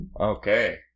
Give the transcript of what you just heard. Okay